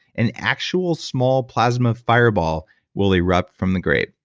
an actual small plasma fireball will erupt from the grape.